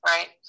Right